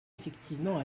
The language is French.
effectivement